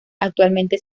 actualmente